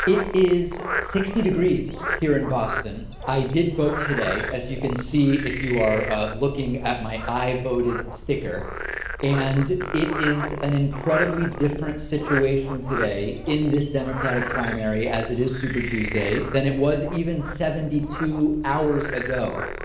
it is sixty degrees here in boston. i did vote today, as you can see if you are looking at my eye voted sticker and it is an incredibly different situation today, in this democratic primary, as it is super tuesday, than it was even seventy two hours ago.